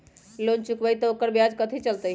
Loan चुकबई त ओकर ब्याज कथि चलतई?